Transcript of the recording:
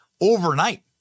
overnight